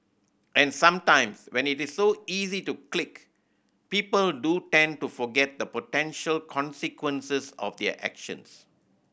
and sometimes when it's so easy to click people do tend to forget the potential consequences of their actions